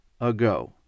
ago